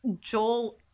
joel